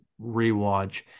rewatch